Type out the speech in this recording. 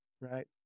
right